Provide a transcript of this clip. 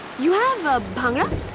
you have ah bhangra?